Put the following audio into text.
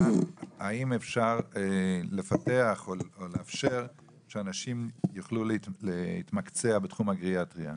האם אפשר לפתח או לאפשר שאנשים יוכלו להתמקצע בתחום הגריאטריה?